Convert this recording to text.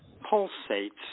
pulsates